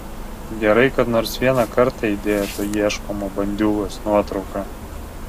gerai kad nors vieną kartą įdėjo to ieškomo bandiūgos nuotrauką